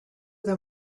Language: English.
them